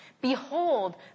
Behold